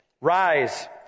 Rise